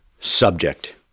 subject